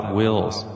wills